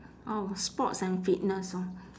oh sports and fitness orh